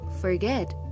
forget